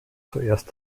zuerst